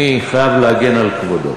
אני חייב להגן על כבודו.